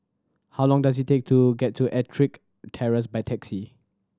how long does it take to get to Ettrick Terrace by taxi